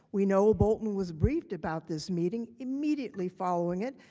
we know bolton was briefed about this meeting immediately following it.